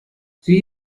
sie